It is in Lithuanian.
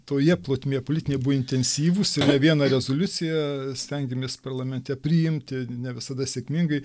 toje plotmėje politinėj buvo intensyvūs ir ne vieną rezoliuciją stengiamės parlamente priimti ne visada sėkmingai